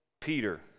Peter